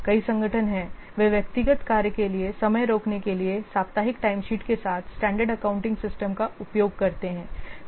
कई संगठन हैं वे व्यक्तिगत कार्य के लिए समय रोकने के लिए साप्ताहिक टाइमशीट के साथ स्टैंडर्ड अकाउंटिंग सिस्टम का उपयोग करते हैं